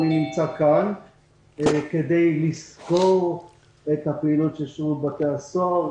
אני נמצא כאן כדי לסקור את פעילות שירות בתי הסוהר.